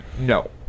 No